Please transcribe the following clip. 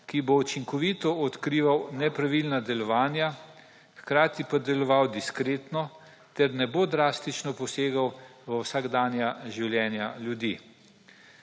ki bo učinkovito odkrival nepravilna delovanja, hkrati pa deloval diskretno ter ne bo drastično posegal v vsakdanja življenja ljudi.